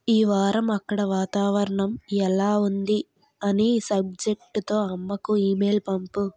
ఈ వారం అక్కడ వాతావరణం ఎలా ఉంది అనే సబ్జెక్టుతో అమ్మకు ఇమెయిల్ పంపు